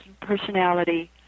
personality